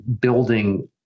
building